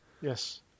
Yes